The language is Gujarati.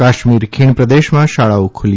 કાશ્મીર ખીણ પ્રદેશમાં શાળાઓ ખુલી